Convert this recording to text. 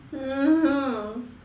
mmhmm